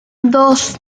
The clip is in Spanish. dos